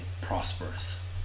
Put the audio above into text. prosperous